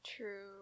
True